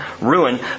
ruin